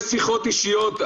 יש שיחות אישיות,